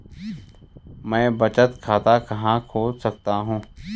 मैं बचत खाता कहां खोल सकता हूँ?